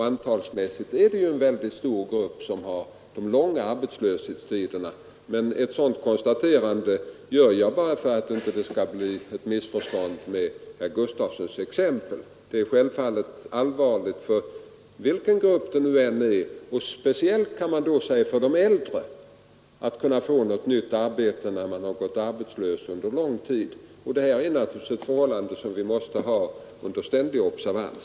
Antalsmässigt är det en mycket stor grupp som har de långa arbetslöshetsperioderna. Men ett sådant konstaterande gör jag bara för att det inte skall bli något missförstånd beträffande herr Gustafsons exempel. Svårigheten är självfallet allvarlig för vilken grupp det än gäller, men speciellt för de äldre, att få nytt arbete när man har gått arbetslös under lång tid. Detta är naturligtvis ett förhållande som vi måste ha under ständig observans.